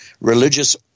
religious